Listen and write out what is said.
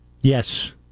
Yes